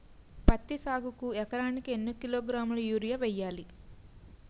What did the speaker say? పత్తి సాగుకు ఎకరానికి ఎన్నికిలోగ్రాములా యూరియా వెయ్యాలి?